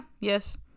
yes